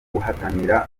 guhatanira